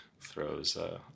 throws